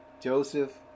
Joseph